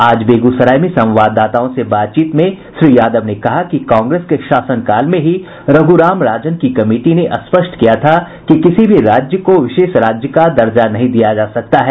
आज बेगूसराय में संवाददाताओं से बातचीत में श्री यादव ने कहा कि कांग्रेस के शासनकाल में ही रघुराम राजन की कमिटी ने स्पष्ट किया था कि किसी भी राज्य को विशेष राज्य का दर्जा नहीं दिया जा सकता है